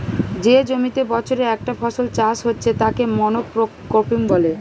যে জমিতে বছরে একটা ফসল চাষ হচ্ছে তাকে মনোক্রপিং বলে